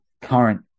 current